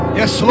yes